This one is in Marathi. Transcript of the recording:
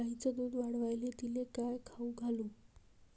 गायीचं दुध वाढवायले तिले काय खाऊ घालू?